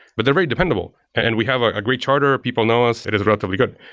but they're very dependable, and we have a great charter. people know us. it is relatively good.